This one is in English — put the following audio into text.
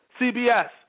CBS